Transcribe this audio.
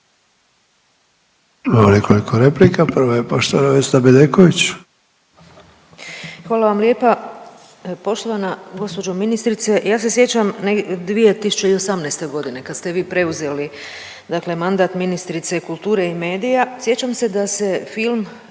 Imamo nekoliko replika. Prva je poštovana Vesna Bedeković.